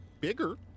bigger